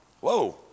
Whoa